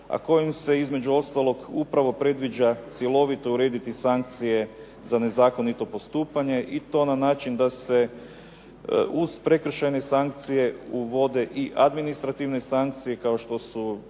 a kojim se između ostalog upravo predviđa cjelovito urediti sankcije za nezakonito postupanje i to na način da se uz prekršajne sankcije uvode i administrativne sankcije kao što je